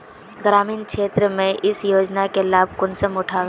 ग्रामीण क्षेत्र में इस योजना के लाभ कुंसम उठावे है?